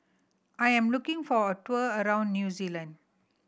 I'm looking for a tour around New Zealand